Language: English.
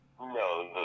No